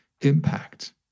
impact